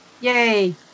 Yay